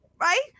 Right